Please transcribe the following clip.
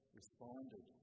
responded